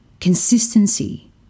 Consistency